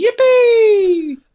yippee